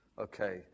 okay